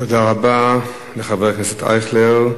תודה רבה לחבר הכנסת אייכלר.